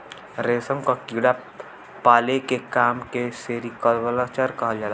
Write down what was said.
रेशम क कीड़ा पाले के काम के सेरीकल्चर कहल जाला